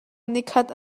nikhat